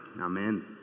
Amen